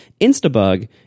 Instabug